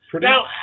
Now